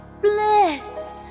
bliss